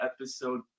episode